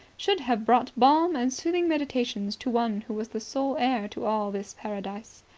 should have brought balm and soothing meditations to one who was the sole heir to all this paradise.